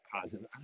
positive